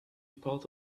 part